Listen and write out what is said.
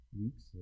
Weeks